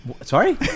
Sorry